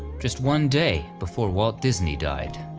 just one day before walt disney died.